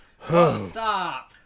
stop